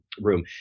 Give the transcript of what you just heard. room